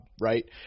right